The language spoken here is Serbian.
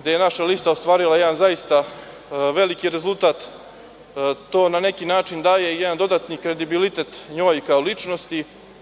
gde je naša lista ostvarila jedan zaista veliki rezultat, to na neki način daje jedan dodatni kredibilitet njoj kao ličnosti. Ja